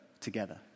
together